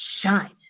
Shine